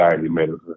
medicine